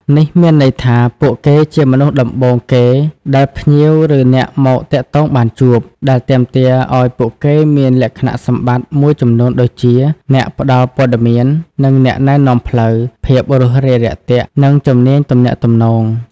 នេះមានន័យថា ពួកគេជាមនុស្សដំបូងគេដែលភ្ញៀវ ឬអ្នកមកទាក់ទងបានជួប ដែលទាមទារឲ្យពួកគេមានលក្ខណៈសម្បត្តិមួយចំនួនដូចជា អ្នកផ្ដល់ព័ត៌មាន និងអ្នកណែនាំផ្លូវ ភាពរួសរាយរាក់ទាក់ និងជំនាញទំនាក់ទំនង។